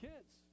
Kids